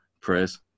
Press